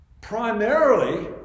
Primarily